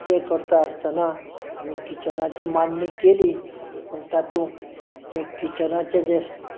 तें करतासतना आमी किच्छनाची मांडणी केली पूण तातूंत जें किच्छनाचें जें